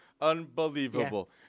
Unbelievable